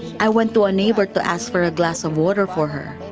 i went to a neighbor to ask for a glass of water for her.